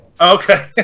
Okay